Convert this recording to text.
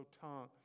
tongue